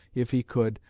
if he could,